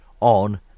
on